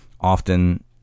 Often